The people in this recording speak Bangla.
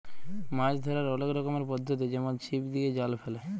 মাছ ধ্যরার অলেক রকমের পদ্ধতি যেমল ছিপ দিয়ে, জাল ফেলে